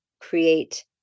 create